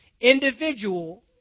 individual